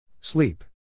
Sleep